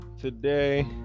Today